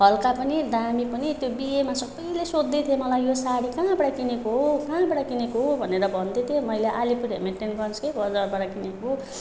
हलुका पनि दामी पनि त्यो बिहेमा सबैले सोध्दैथिए मलाई यो साडी कहाँबाट किनेको हो काहाँबाट किनेको हो भनेर भन्दैथिए मैले आलिपुर हेमिल्टनगन्जकै बजारबाट किनेको